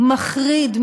מחריד,